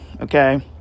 okay